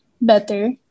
better